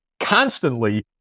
Constantly